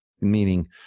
meaning